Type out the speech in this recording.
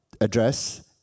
address